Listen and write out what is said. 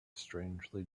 strangely